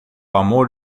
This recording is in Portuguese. amor